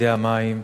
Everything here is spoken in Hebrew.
תאגידי המים.